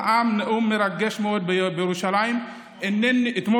נאם נאום מרגש מאוד בירושלים אתמול,